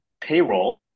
Payroll